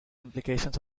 implications